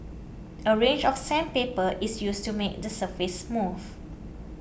a range of sandpaper is used to make the surface smooth